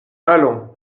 allons